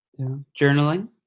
Journaling